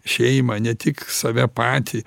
šeimą ne tik save patį